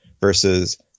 versus